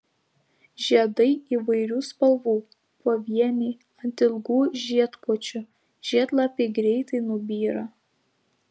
žiedai įvairių spalvų pavieniai ant ilgų žiedkočių žiedlapiai greitai nubyra